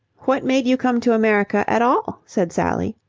what made you come to america at all? said sally,